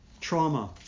trauma